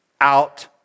out